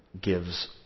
gives